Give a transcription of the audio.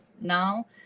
now